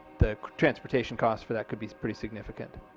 the transportation cost for that could be pretty significant.